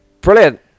Brilliant